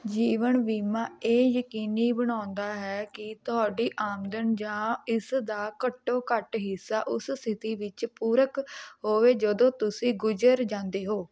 ਜੀਵਨ ਬੀਮਾ ਇਹ ਯਕੀਨੀ ਬਣਾਉਂਦਾ ਹੈ ਕਿ ਤੁਹਾਡੀ ਆਮਦਨ ਜਾਂ ਇਸ ਦਾ ਘੱਟੋ ਘੱਟ ਹਿੱਸਾ ਉਸ ਸਥਿਤੀ ਵਿੱਚ ਪੂਰਕ ਹੋਵੇ ਜਦੋਂ ਤੁਸੀਂ ਗੁਜ਼ਰ ਜਾਂਦੇ ਹੋ